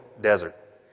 desert